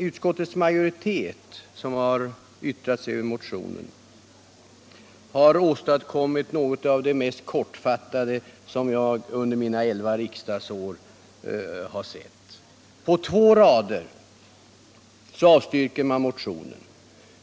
Utskottsmajoriteten, som har yttrat sig över motionen, har åstadkommit något av det mest kortfattade som jag under mina elva riksdagsår har sett. På två rader avstyrker man motionen